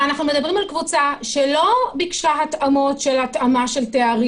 ואנחנו מדברים על קבוצה שלא ביקשה התאמות של תארים,